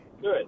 Good